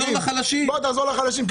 תעזור לחלשים.